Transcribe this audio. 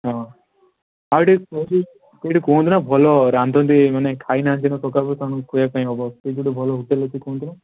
ହଁ ଆଉ ଟିକେ କୁହନ୍ତୁ ଏଇଠି କୁହନ୍ତୁ ନା କେଉଁଠି ଭଲ ରାନ୍ଧନ୍ତି ମାନେ ଖାଇନାହାଁନ୍ତି ନା ସକାଳୁ ତେଣୁ ଖୁଆଇବା ପାଇଁ ହେବ କେଉଁଠି ଗୋଟେ ଭଲ ହୋଟେଲ୍ ଅଛି କୁହନ୍ତୁ ନା